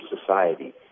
society